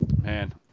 man